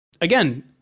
again